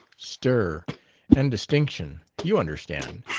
stir and distinction, you understand.